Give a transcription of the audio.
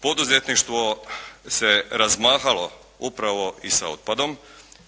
Poduzetništvo se razmahalo upravo i sa otpadom.